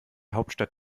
hauptstadt